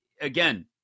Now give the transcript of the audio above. again